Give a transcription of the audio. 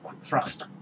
thrust